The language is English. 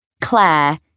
Claire